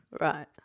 Right